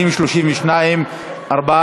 לשנות התקציב 2017 ו-2018),